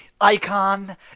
icon